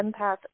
Empath